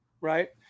Right